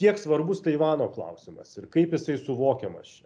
kiek svarbus taivano klausimas ir kaip jisai suvokiamas čia